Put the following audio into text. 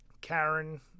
Karen